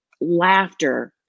laughter